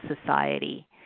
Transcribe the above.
society